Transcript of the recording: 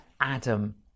adam